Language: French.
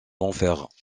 enfers